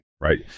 Right